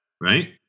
right